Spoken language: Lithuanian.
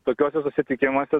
tokiuose susitikimuose